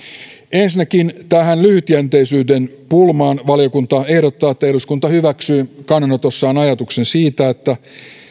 ensinnäkin tähän lyhytjänteisyyden pulmaan valiokunta ehdottaa että eduskunta hyväksyy kannanotossaan ajatuksen siitä että